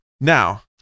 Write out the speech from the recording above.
Now